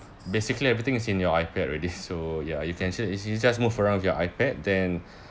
basically everything is in your ipad already so ya you can actuall~ actuall~ just move around with your ipad then